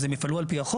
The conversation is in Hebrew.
אז הם יפעלו על פי החוק.